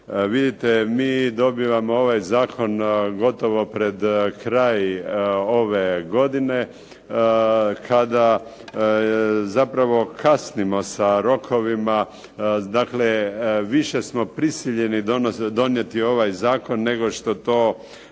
Vidite, mi dobivamo ovaj zakon gotovo pred kraj ove godine kada zapravo kasnimo sa rokovima, dakle više smo prisiljeni donijeti ovaj zakon nego što to